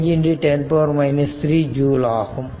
5 10 3 joule ஆகும்